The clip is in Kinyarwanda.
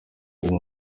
ubu